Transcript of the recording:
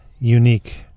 unique